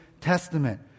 Testament